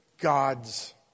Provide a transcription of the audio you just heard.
God's